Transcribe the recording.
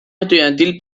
estudiantil